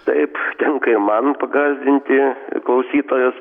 taip tenka ir man pagąsdinti klausytojus